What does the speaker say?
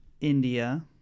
India